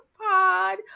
pod